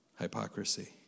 hypocrisy